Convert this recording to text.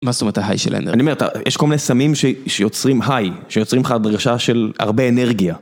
מה זאת אומרת היי של אנרגיה? אני אומרת, יש כל מיני סמים שיוצרים היי, שיוצרים לך דרישה של הרבה אנרגיה.